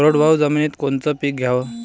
कोरडवाहू जमिनीत कोनचं पीक घ्याव?